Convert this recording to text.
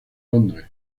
londres